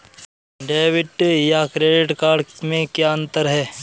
Debit या credit card में क्या अन्तर है?